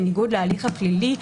בניגוד להליך הפלילי,